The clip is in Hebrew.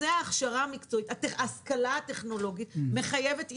שההשכלה הטכנולוגית מחייבת עדכון.